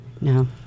No